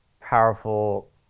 powerful